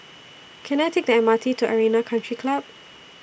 Can I Take The M R T to Arena Country Club